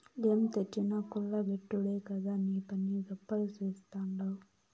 ఏం తెచ్చినా కుల్ల బెట్టుడే కదా నీపని, గప్పాలు నేస్తాడావ్